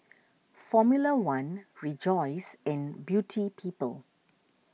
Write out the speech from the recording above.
formula one Rejoice and Beauty People